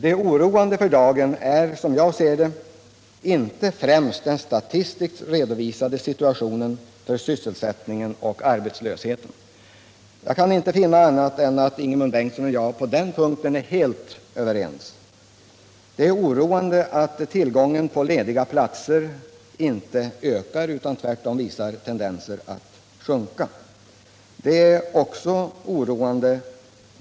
Det oroande för dagen är, som jag ser det, inte främst den statistiskt redovisade situationen för sysselsättningen och arbetslösheten. Jag kan inte finna annat än att Ingemund Bengtsson och jag på den punkten är helt överens. Det är oroande att tillgången på lediga platser inte ökar utan tvärtom visar tendenser att minska.